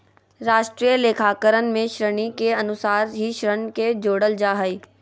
राष्ट्रीय लेखाकरण में ऋणि के अनुसार ही ऋण के जोड़ल जा हइ